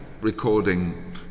recording